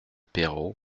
peiro